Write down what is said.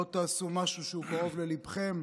לא תעשו משהו שקרוב לליבנו?